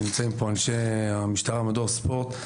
נמצאים פה אנשי המשטרה ממדור ספורט.